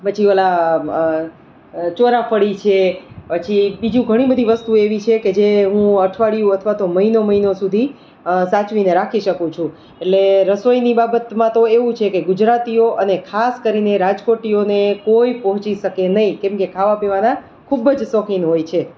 પછી ઓલા ચોરાફળી છે પછી બીજું ઘણી બધી વસ્તુઓ એવી છે કે હું અઠવાડીયું અથવા તો મહિનો મહિનો સુધી સાચવીને રાખી શકું છું એટલે રસોઈની બાબતમાં તો એવું છે કે ગુજરાતિઓ અને ખાસ કરીને રાજકોટીઓને કોઈ પહોંચી શકે નહીં કેમ કે ખાવા પીવાના ખૂબ જ શોખીન હોય છે